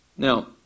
Now